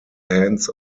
hands